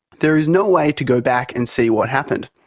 there is no way to go back and see what happened.